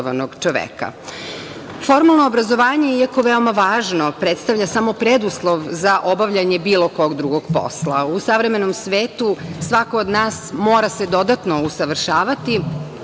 čoveka. Formalno obrazovanje, iako veoma važno, predstavlja samo preduslov za obavljanje bilo kog drugog posla. U savremenom svetu svako od nas mora se dodatno usavršavati,